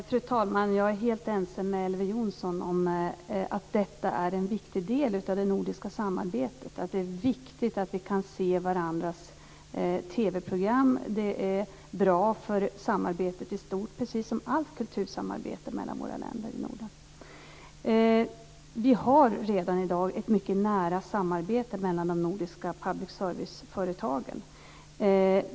Fru talman! Jag är helt ense med Elver Jonsson om att detta är en viktig del av det nordiska samarbetet. Det är viktigt att vi kan se varandras TV-program. Det är bra för samarbetet i stort, precis som allt kultursamarbete mellan våra länder i Norden. Vi har redan i dag ett mycket nära samarbete mellan de nordiska public service-företagen.